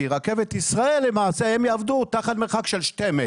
הם יעבדו תחת מרחק של שני מטרים?